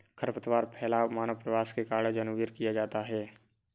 खरपतवार फैलाव मानव प्रवास के कारण या जानबूझकर किया जाता हैं